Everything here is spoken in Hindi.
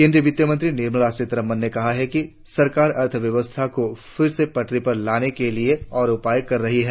केंद्रीय वित्तमंत्री निर्मला सीतारमन ने कहा है कि सरकार अर्थव्यवस्था को फिर से पटरी पर लाने के लिए और उपाय कर रही है